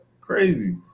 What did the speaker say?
Crazy